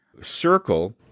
circle